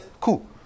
cool